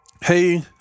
hey